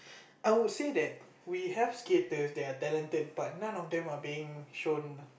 I would say that we have skaters that are talented but none of them are being shown